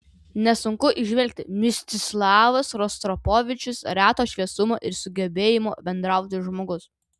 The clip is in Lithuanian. nesunku įžvelgti mstislavas rostropovičius reto šviesumo ir sugebėjimo bendrauti žmogus